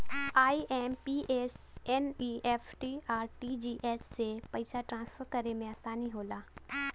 IMPS, NEFT, RTGS से पइसा transfer करे में आसानी होला